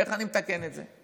איך אני מתקן את זה?